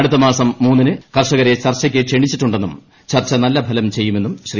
അടുത്ത മാസം ദ ന് കർഷകരെ ചർച്ചക്ക് ക്ഷണിച്ചിട്ടുണ്ടെന്നും ചർച്ച നല്ല ഫലം ചെയ്യുമെന്നും ശ്രീ